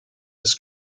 his